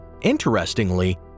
Interestingly